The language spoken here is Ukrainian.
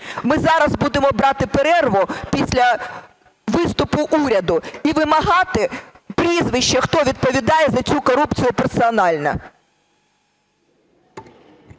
Ми зараз будемо брати перерву після виступу уряду і вимагати прізвища, хто відповідає за цю корупцію персонально.